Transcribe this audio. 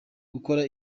gukora